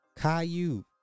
caillou